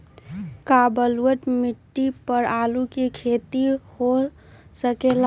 का बलूअट मिट्टी पर आलू के खेती हो सकेला?